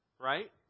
right